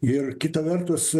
ir kita vertus